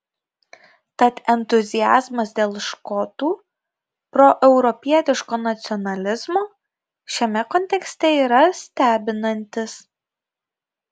tad entuziazmas dėl škotų proeuropietiško nacionalizmo šiame kontekste yra stebinantis